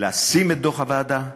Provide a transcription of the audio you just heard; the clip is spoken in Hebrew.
ולשים את דוח הוועדה,